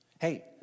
hey